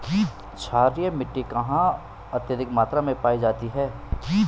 क्षारीय मिट्टी कहां पर अत्यधिक मात्रा में पाई जाती है?